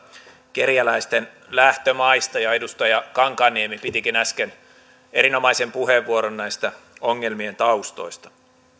kerjäläisten lähtömaista ja edustaja kankaanniemi pitikin äsken erinomaisen puheenvuoron näistä ongelmien taustoista